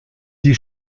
die